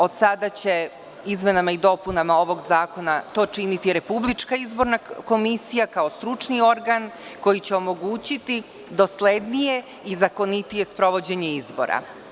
Od sada će izmenama i dopunama ovog zakona to činiti RIK, kao stručni organ koji će omogućiti doslednije i zakonitije sprovođenje izbora.